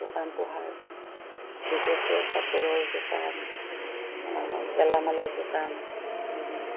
দোকান পোহাৰ বিশেষকৈ কাপোৰৰ দোকান গেলামালৰ দোকান এই